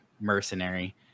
mercenary